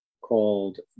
called